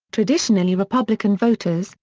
traditionally republican voters,